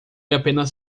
apenas